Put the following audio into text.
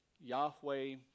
Yahweh